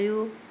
आयौ